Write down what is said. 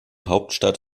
hauptstadt